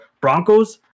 Broncos